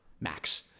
max